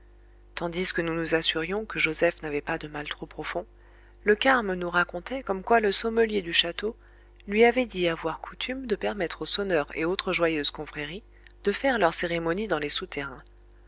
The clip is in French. tandis que nous nous assurions que joseph n'avait pas de mal trop profond le carme nous racontait comme quoi le sommelier du château lui avait dit avoir coutume de permettre aux sonneurs et autres joyeuses confréries de faire leurs cérémonies dans les souterrains